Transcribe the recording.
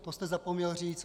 To jste zapomněl říct.